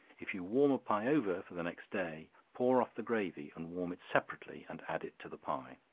if you warm a pie over for the next day, pour off the gravy and warm it separately, and add it to the pie.